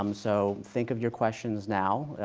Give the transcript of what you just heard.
um so think of your questions now,